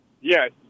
Yes